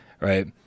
right